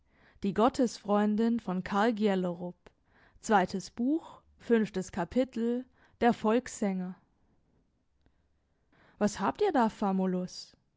wenig habt ihr da